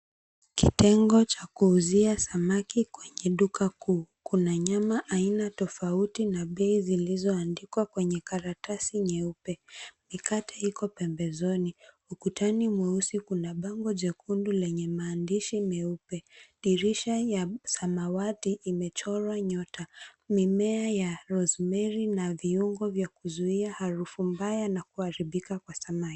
Kitengo cha kuuzia samaki kwenye duka kuu. Kuna nyama aina tofauti na bei zilizoandikwa kwenye karatasi nyeupe. Mikate iko pembezoni. Ukutani mweusi kuna bango jekundu lenye maandishi meupe. Dirisha ya samawati imechorwa nyota. Mimea ya rosemary na viungo vya kuzuia harufu mbaya na kuharibika kwa samaki.